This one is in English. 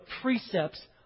precepts